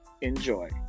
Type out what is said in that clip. Enjoy